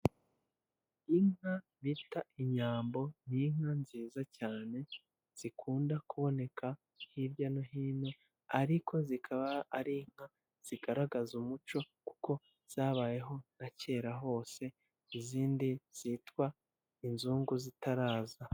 Inka bita inyambo ni inka nziza cyane zikunda kuboneka hirya no hino ariko zikaba ari inka zigaragaza umuco kuko zabayeho na kera hose, izindi zitwa inzungu zitaraza.